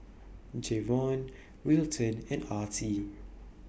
Jayvon Wilton and Artie